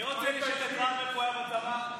מי רוצה, איפה הוא היה בצבא?